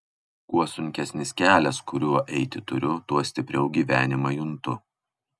kuo sunkesnis kelias kuriuo eiti turiu tuo stipriau gyvenimą juntu